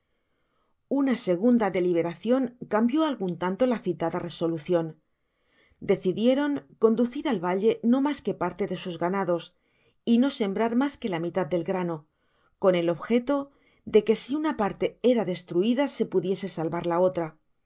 una segunda deliberacion cambió algun tanto la citada resolucion decidieron conducir al valle no mas que parte de sus ganados y no sembrar mas que la mitad del grano con el objeto de que si una parte era destruida se pudiese salvar la otra